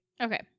Okay